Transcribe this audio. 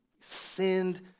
sinned